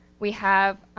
we have